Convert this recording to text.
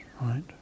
right